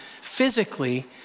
physically